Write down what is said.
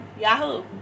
Yahoo